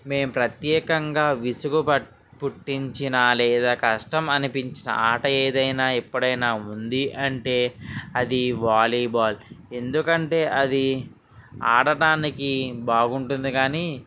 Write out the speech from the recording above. మేము ప్రత్యేకంగా విసుగు ప పుట్టించిన లేదా కష్టమనిపించిన ఆట ఏదైనా ఎప్పుడైనా ఉంది అంటే అది వాలీబాల్ ఎందుకంటే అది ఆడటానికి బాగుంటుంది కానీ